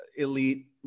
elite